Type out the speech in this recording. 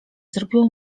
zrobiło